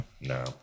No